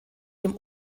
dem